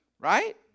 Right